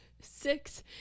six